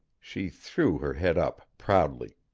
she threw her head up proudly.